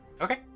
Okay